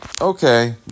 Okay